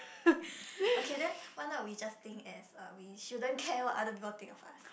okay then why not we just think as uh we shouldn't care what other people think of us